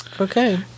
Okay